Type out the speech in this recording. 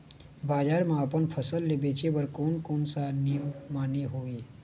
बजार मा अपन फसल ले बेचे बार कोन कौन सा नेम माने हवे?